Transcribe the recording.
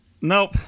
Nope